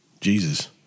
Jesus